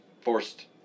forced